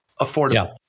affordable